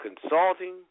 consulting